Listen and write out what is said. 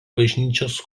bažnyčios